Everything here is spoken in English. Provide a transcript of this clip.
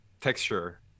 texture